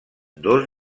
dos